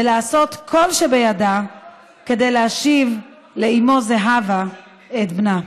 ולעשות כל שבידה כדי להשיב לאימו זהבה את בנה.